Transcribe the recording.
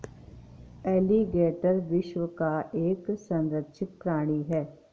alligator विश्व का एक संरक्षित प्राणी है